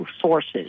sources